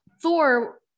Thor